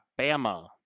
Bama